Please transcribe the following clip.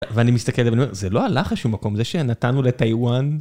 ואני מסתכל, זה לא הלך לשום מקום, זה שנתנו לטיוואן.